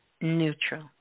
neutral